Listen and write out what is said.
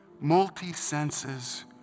multi-senses